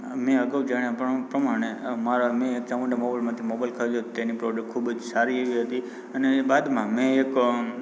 મેં અગાઉ જણાવ્યા પ પ્રમાણે મારા મેં ચામુંડા મોબાઈલમાંથી મોબાઈલ ખરીદ્યો તેની પ્રોડક્ટ ખૂબ જ સારી એવી હતી અને બાદમાં મેં એક